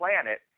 planet